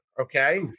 Okay